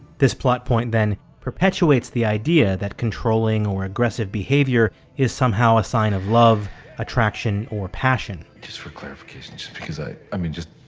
this plot point then perpetuates the idea that controlling or aggressive behavior is somehow a sign of love attraction or passion just for clarification because i. i mean. just.